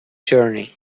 journey